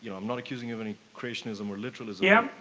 you know i'm not accusing you of any creationism or literalism. yep.